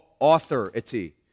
authority